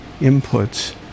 inputs